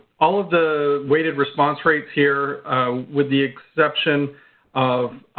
all of the weighted response rates here with the exception of